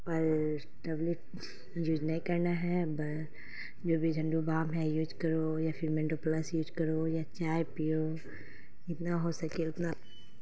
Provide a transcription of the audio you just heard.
پر tablet use نہیں کرنا ہے جو بھی جھنڈو بام ہے یوز کرو یا پھر مینڈو پلس یوز کرو یا چائے پیو اتنا ہو سکے اتنا